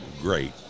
great